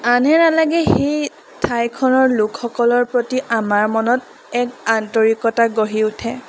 আনহে নালাগে সেই ঠাইখনৰ লোকসকলৰ প্ৰতি আমাৰ মনত এক আন্তৰিকতা গঢ়ি উঠে